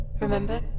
Remember